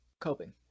Coping